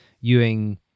Ewing